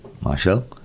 Marshall